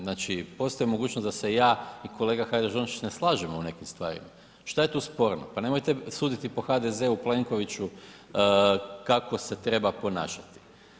Znači, postoji mogućnost da se ja i kolega Hajdaš Dončić ne slažemo u nekim stvarima, šta je tu sporno, pa nemojte suditi HDZ-u i Plenkoviću kako se treba ponašati.